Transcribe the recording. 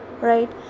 right